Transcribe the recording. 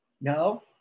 No